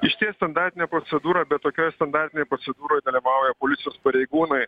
išties standartinė procedūra bet tokioj standartinėj procedūroj dalyvauja policijos pareigūnai